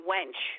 Wench